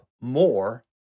More